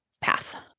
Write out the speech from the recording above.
path